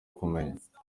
kumenya